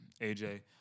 AJ